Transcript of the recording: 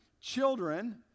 Children